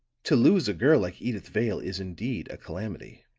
to lose a girl like edyth vale is indeed a calamity.